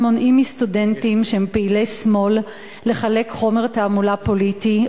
מונעים מסטודנטים שהם פעילי שמאל לחלק חומר תעמולה פוליטי.